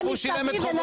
עם עבר מדהים.